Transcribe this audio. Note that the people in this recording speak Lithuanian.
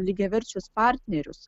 lygiaverčius partnerius